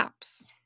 apps